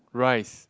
rice